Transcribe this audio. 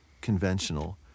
conventional